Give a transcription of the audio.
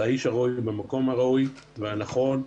אתה האיש הראוי במקום הראוי והנכון.